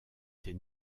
des